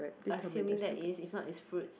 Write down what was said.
assuming that is if not it's fruits